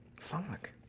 Fuck